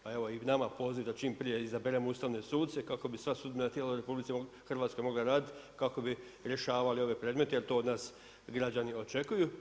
Pa evo i nama poziv da čim prije izaberemo Ustavne suce kako bi sva sudbena tijela u RH mogla raditi kako bi rješavali ove predmete jer to od nas građani očekuju.